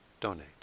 donate